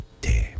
te